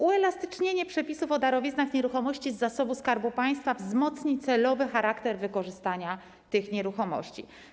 Uelastycznienie przepisów o darowiznach nieruchomości z zasobu Skarbu Państwa wzmocni celowy charakter wykorzystania tych nieruchomości.